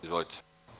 Izvolite.